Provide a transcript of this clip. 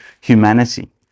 humanity